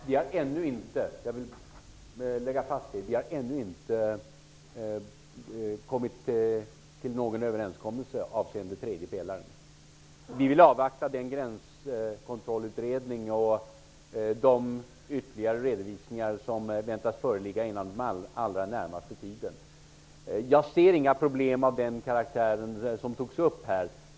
Herr talman! Jag vill lägga fast att vi ännu inte har kommit till någon överenskommelse avseende tredje pelaren. Vill vill avvakta den gränskontrollutredning och de ytterligare redovisningar som förväntas föreligga inom den allra närmaste tiden. Jag ser inga problem av den karaktär som här togs upp.